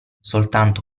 soltanto